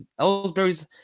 Ellsbury's